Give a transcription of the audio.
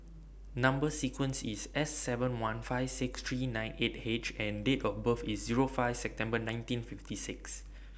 Number sequence IS S seven one five six three nine eight H and Date of birth IS Zero five September nineteen fifty six